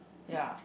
ya